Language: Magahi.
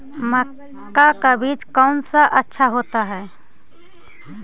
मक्का का बीज कौन सा अच्छा होता है?